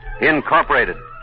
Incorporated